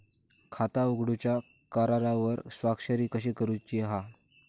खाता उघडूच्या करारावर स्वाक्षरी कशी करूची हा?